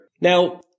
Now